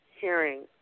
hearing